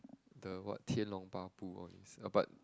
the what 天龙八部:Tian Long Ba Bu all this uh but